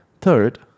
Third